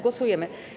Głosujemy.